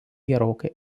gerokai